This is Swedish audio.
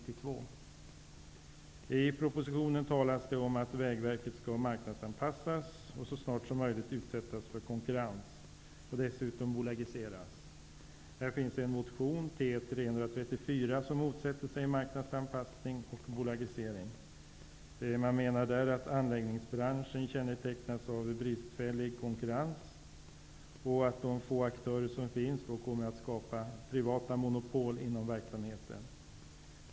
I propositionen talas det om att Vägverket skall marknadsanpassas och så snart som möjligt utsättas för konkurrens och dessutom bolagiseras. Här finns en motion, T334, där motionärerna motsätter sig marknadsanpassning och bolagisering. Man menar att anläggningsbranschen kännetecknas av bristfällig konkurrens och att de få aktörer som finns då kommer att skapa privata monopol inom verksamheten.